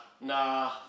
Nah